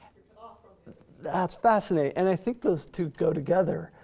ah from that's fascinating, and i think those two go together,